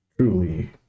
truly